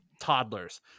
toddlers